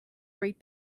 great